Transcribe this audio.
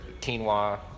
quinoa